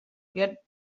get